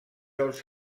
els